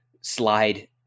slide